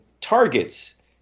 targets